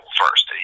first